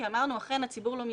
כי אמרנו אכן הציבור לא מסתובב,